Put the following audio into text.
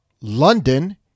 London